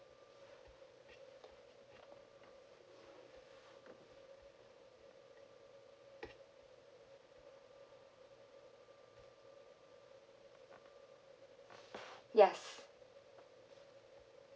yes